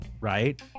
right